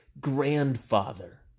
grandfather